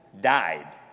Died